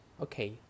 Okay